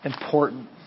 important